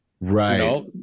Right